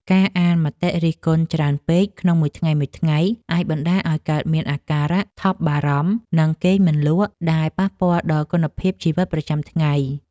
ការអានមតិរិះគន់ច្រើនពេកក្នុងមួយថ្ងៃៗ អាចបណ្ដាលឱ្យកើតមានអាការៈថប់បារម្ភ និងគេងមិនលក់ ដែលប៉ះពាល់ដល់គុណភាពជីវិតប្រចាំថ្ងៃ។